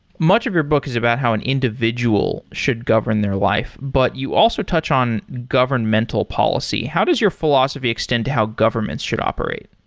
much of your book is about how an individual should govern their life, but you also touch on governmental policy. how does your philosophy extend to how governments should operate?